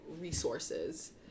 resources